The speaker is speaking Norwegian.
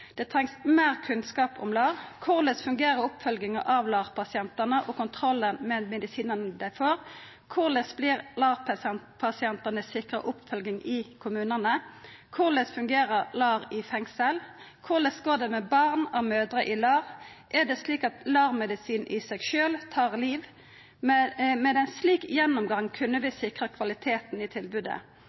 Det trengst meir kunnskap om LAR: Korleis fungerer oppfølginga av LAR-pasientane og kontrollen med medisinane dei får? Korleis vert LAR-pasientane sikra oppfølging i kommunane? Korleis fungerer LAR i fengsel? Korleis går det med barn av mødrer i LAR? Er det slik at LAR-medisin i seg sjølv tar liv? Med ein slik gjennomgang kunne vi sikra kvaliteten i tilbodet.